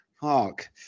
Hark